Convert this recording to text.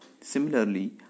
Similarly